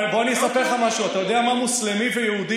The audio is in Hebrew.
בוא אני אספר לך משהו: אתה יודע מה מוסלמי ויהודי,